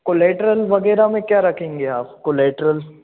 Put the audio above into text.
collateral वगैरह में क्या रखेंगे आप कोलैटरल